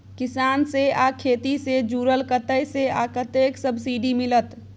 किसान से आ खेती से जुरल कतय से आ कतेक सबसिडी मिलत?